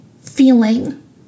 feeling